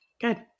Good